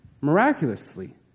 miraculously